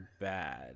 bad